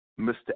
Mr